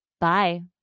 Bye